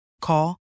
Call